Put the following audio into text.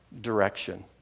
direction